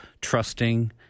trusting